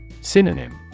Synonym